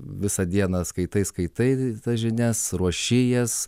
visą dieną skaitai skaitai tas žinias ruoši jas